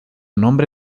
nombre